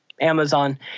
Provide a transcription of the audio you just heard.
Amazon